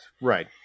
Right